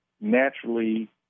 naturally